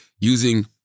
using